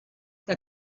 que